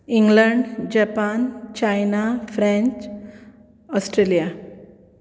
England Japan China France Australia